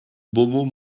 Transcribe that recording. beaumont